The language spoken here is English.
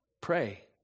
Pray